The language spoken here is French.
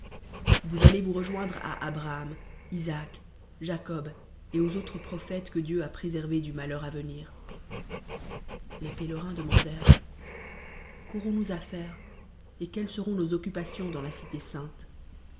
vous allez vous rejoindre il abraham isaac jacob et aux autres prophètes que dieu a préservés du malheur à venir les pélerins demandèrent quaurons nous à faire et quelles seront nos occupations dans la cité sain